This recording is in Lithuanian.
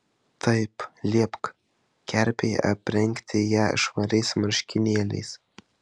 taip liepk kerpei aprengti ją švariais marškinėliais